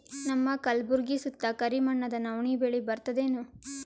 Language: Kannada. ನಮ್ಮ ಕಲ್ಬುರ್ಗಿ ಸುತ್ತ ಕರಿ ಮಣ್ಣದ ನವಣಿ ಬೇಳಿ ಬರ್ತದೇನು?